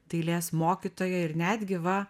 dailės mokytoja ir netgi va